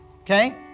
Okay